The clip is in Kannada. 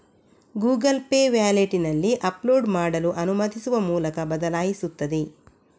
ಗೂಗಲ್ ಪೇ ವ್ಯಾಲೆಟಿನಲ್ಲಿ ಅಪ್ಲೋಡ್ ಮಾಡಲು ಅನುಮತಿಸುವ ಮೂಲಕ ಬದಲಾಯಿಸುತ್ತದೆ